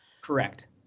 Correct